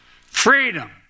freedom